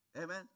Amen